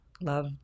Love